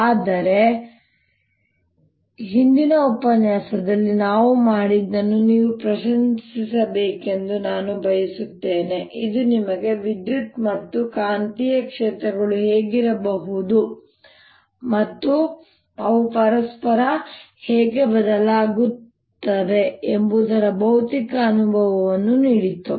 ಆದರೆ ಹಿಂದಿನ ಉಪನ್ಯಾಸದಲ್ಲಿ ನಾವು ಮಾಡಿದ್ದನ್ನು ನೀವು ಪ್ರಶಂಸಿಸಬೇಕೆಂದು ನಾನು ಬಯಸುತ್ತೇನೆ ಇದು ನಿಮಗೆ ವಿದ್ಯುತ್ ಮತ್ತು ಕಾಂತೀಯ ಕ್ಷೇತ್ರಗಳು ಹೇಗಿರಬಹುದು ಮತ್ತು ಅವು ಪರಸ್ಪರ ಹೇಗೆ ಬದಲಾಗುತ್ತವೆ ಎಂಬುದರ ಭೌತಿಕ ಅನುಭವವನ್ನು ನೀಡಿತು